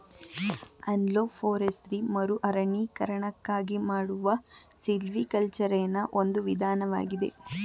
analog forestry ಮರುಅರಣ್ಯೀಕರಣಕ್ಕಾಗಿ ಮಾಡುವ ಸಿಲ್ವಿಕಲ್ಚರೆನಾ ಒಂದು ವಿಧಾನವಾಗಿದೆ